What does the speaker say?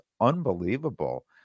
unbelievable